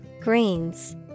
Greens